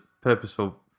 purposeful